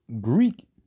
Greek